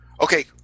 Okay